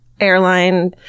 airline